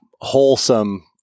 wholesome